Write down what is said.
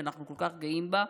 שאנחנו כל כך גאים בה,